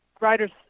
riders